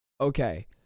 okay